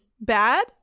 bad